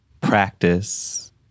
practice